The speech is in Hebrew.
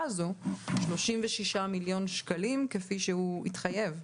הזו 36 מליון שקלים כפי שהוא התחייב?